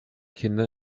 kinder